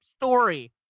story